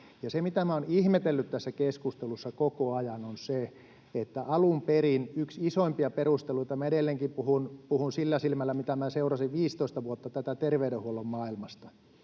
minä olen ihmetellyt tässä keskustelussa koko ajan, on se, että alun perin yksi isoimpia perusteluita oli — minä edelleenkin puhun sillä silmällä, miten minä seurasin tätä 15 vuotta terveydenhuollon maailmasta